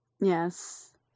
yes